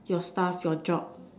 your stuff your job